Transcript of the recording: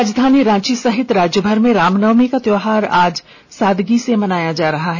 राजधानी रांची सहित राज्यभर में रामनवमी का त्योहार आज सादगी से मनाया जा रहा है